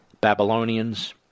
Babylonians